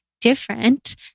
different